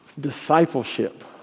Discipleship